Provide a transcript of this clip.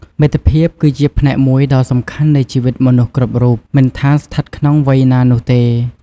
មិត្តភាព គឺជាផ្នែកមួយដ៏សំខាន់នៃជីវិតមនុស្សគ្រប់រូប មិនថាស្ថិតក្នុងវ័យណានោះទេ។